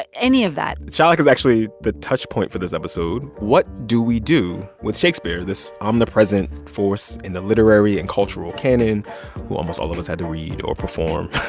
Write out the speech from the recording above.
but any of that shylock is actually the touchpoint for this episode. what do we do with shakespeare this omnipresent force in the literary and cultural canon who almost all of us had to read or perform,